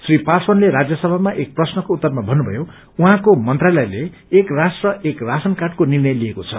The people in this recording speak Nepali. श्री पासवानले राज्यसभामा एक प्रश्नको उत्तरमा भन्नुभयो उहाँको मन्त्रालयको एक राष्ट्र एक राशन कार्डको निर्णय लिएको छ